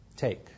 take